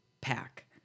pack